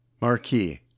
Marquee